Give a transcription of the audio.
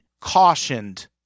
cautioned